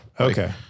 Okay